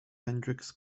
hendrix